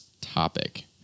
topic